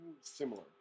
Similar